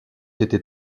été